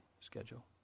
schedule